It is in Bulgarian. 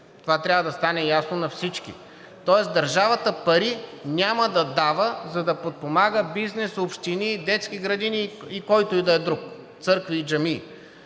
Това трябва да стане ясно на всички. Тоест държавата пари няма да дава, за да подпомага бизнес, общини, детски градини и който и да е друг – църкви и джамии.